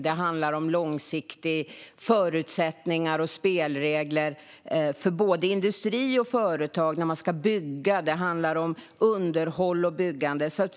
Det handlar om långsiktiga förutsättningar och spelregler för både industri och företag när man ska bygga. Det handlar om underhåll och byggande.